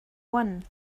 one